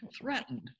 threatened